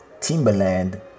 Timberland